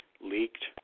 leaked